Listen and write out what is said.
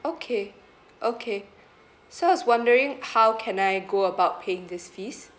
okay okay so I was wondering how can I go about paying this fees